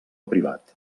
privat